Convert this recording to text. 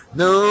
no